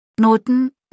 Noten